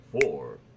four